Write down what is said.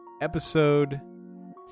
episode